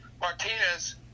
Martinez